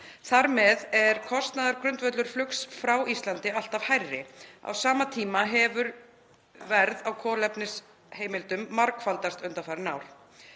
Þar með er kostnaðargrundvöllur flugs frá Íslandi alltaf hærri. Á sama tíma hefur verð á kolefnisheimildum margfaldast undanfarin ár.